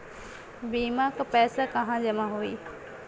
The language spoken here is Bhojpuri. बीमा क पैसा कहाँ जमा होई?